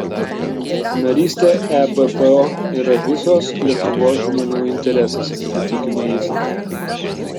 narystė ebpo yra visos lietuvos žmonių interesas patikino jis